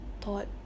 thought